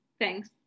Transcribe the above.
Thanks